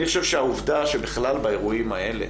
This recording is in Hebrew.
אני חושב שהעובדה שבכלל באירועים האלה